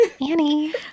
Annie